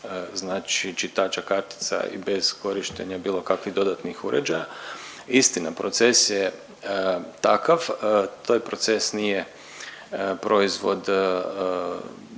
znači čitača kartica i bez korištenja bilo kakvih dodatnih uređaja. Istina proces je takav, taj proces nije proizvod